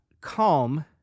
Calm